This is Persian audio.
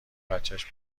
بچش